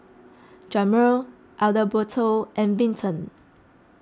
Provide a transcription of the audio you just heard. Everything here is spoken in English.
Jamir Adalberto and Vinton